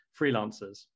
freelancers